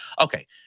Okay